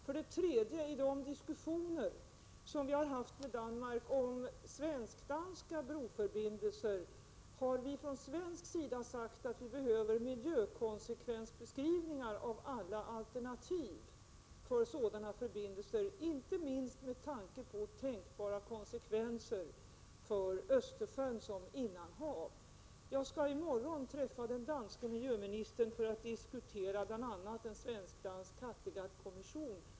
För det tredje har vi från svensk sida i de diskussioner vi haft med Danmark om svensk-danska broförbindelser sagt att vi behöver miljökonsekvensbeskrivningar av alla alternativ för sådana förbindelser, inte minst med tanke på tänkbara konsekvenser för Östersjön som innanhav. Jag skall i morgon träffa den danske miljöministern för att diskutera bl.a. en svensk-dansk Kattegattkommission.